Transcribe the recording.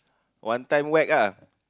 one time whack ah